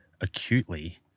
acutely